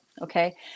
okay